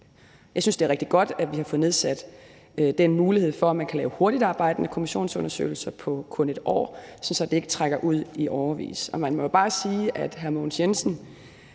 Jeg synes, det er rigtig godt, at vi har fået den mulighed, at man kan lave hurtigtarbejdende kommissionsundersøgelser på kun 1 år, sådan at det ikke trækker ud i årevis. Og man må jo bare sige, at hvis ikke det